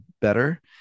better